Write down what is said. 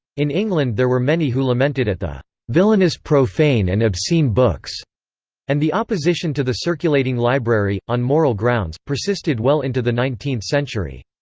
in england there were many who lamented at the villanous profane and obscene books and the opposition to the circulating library, on moral grounds, persisted well into the nineteenth century.